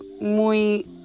muy